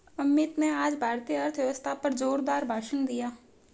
अमित ने आज भारतीय अर्थव्यवस्था पर जोरदार भाषण दिया